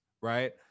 right